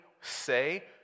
say